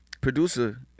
producer